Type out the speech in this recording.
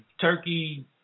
turkey